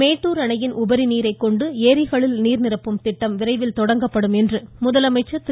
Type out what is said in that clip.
மேட்டூர் அணையின் உபரிநீரைக் கொண்டு ஏரி நீர் நிரப்பும் திட்டம் விரைவில் தொடங்கப்படும் என்று முதலமைச்சர் திரு